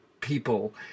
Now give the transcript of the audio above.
people